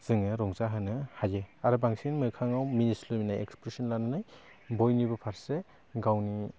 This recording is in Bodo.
जोङो रंजा होनो हायो आरो बांसिन मोखाङाव मिनिस्लु मिनिनाय इक्सप्रेसन लानानै बयनिबो फारसे गावनि